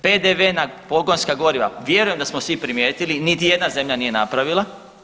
PDV na pogonska goriva, vjerujem da smo svi primijetili niti jedna zemlja nije napravila.